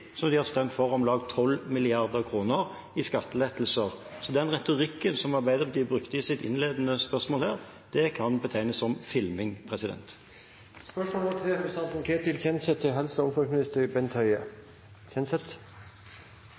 som de har stemt for om lag 12 mrd. kr i skattelettelser. Så den retorikken som Arbeiderpartiet brukte i sitt innledende spørsmål her, kan betegnes som filming. «En ekstern gransking viser at Helse Sør-Øst ikke har hatt kontroll med tilgangene til